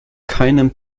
keinem